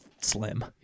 slim